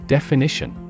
Definition